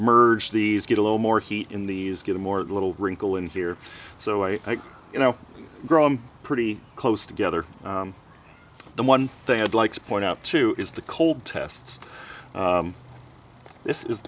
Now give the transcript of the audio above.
merge these get a little more heat in these get a more little wrinkle in here so i you know grow pretty close together the one thing i'd like to point out to is the cold test